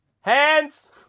hands